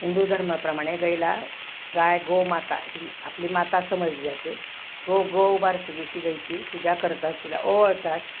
हिंदू धर्माप्रमाणे गायीला गाय गो माता ही आपली माता समजली जाते गो गो बारसं दिवशी गायची पूजा करतात तिला ओवाळतात